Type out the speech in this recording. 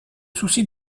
souci